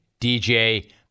DJ